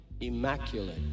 immaculate